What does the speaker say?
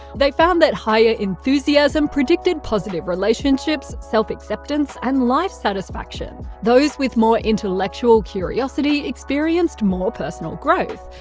they found that higher enthusiasm predicted positive relationships, self-acceptance and life satisfaction. those with more intellectual curiosity experienced more personal growth,